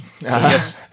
yes